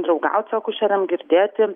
draugaut su akušerėm girdėti